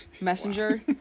Messenger